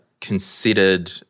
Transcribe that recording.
considered